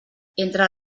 entre